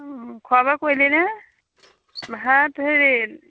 খোৱা বোৱা কৰিলিনে ভাত হেৰি